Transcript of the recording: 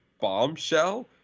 Bombshell